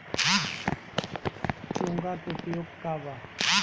चोंगा के का उपयोग बा?